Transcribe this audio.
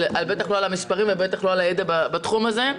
בטח לא על המספרים ולא על הידע בתחום הזה.